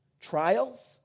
Trials